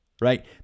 right